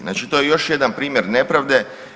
Znači to je još jedan primjer nepravde.